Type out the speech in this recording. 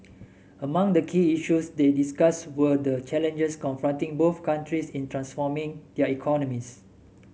among the key issues they discussed were the challenges confronting both countries in transforming their economies